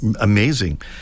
Amazing